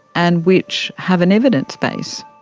and which have an evidence base.